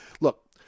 look